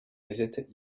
visited